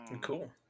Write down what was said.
Cool